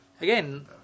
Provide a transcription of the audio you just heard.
again